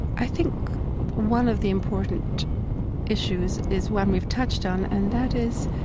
i think one of the important issues is one we've touched on, and that is